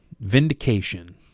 Vindication